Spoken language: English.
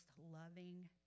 loving